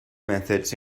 methods